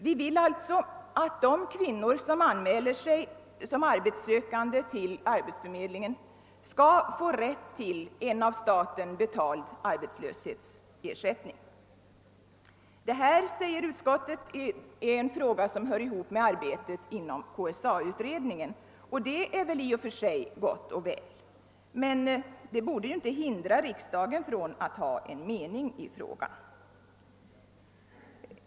Vi vill alltså att de kvinnor som anmäler sig som arbetssökande till en arbetsförmedling skall få rätt till en av staten betald arbetslöshetsersättning. Detta, säger utskottet, är en fråga som hör ihop med arbetet inom KSA-utredningen, och det är väl i och för sig gott och väl. Men det borde inte hindra riksdagen från att ha en mening i frågan.